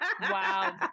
Wow